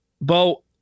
Bo